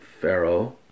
Pharaoh